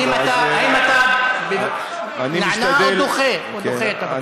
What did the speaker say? האם אתה נענה או דוחה את הבקשה?